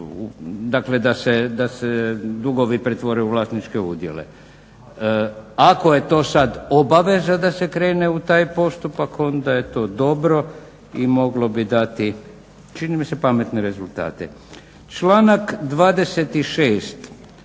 dakle da se dugovi pretvore u vlasničke udjele. Ako je to sad obaveza da se krene u taj postupak onda je to dobro i moglo bi dati, čini mi se pametne rezultate. Članak 26.